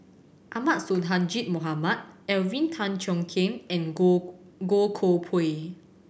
Ahmad Sonhadji Mohamad Alvin Tan Cheong Kheng and Goh Goh Koh Pui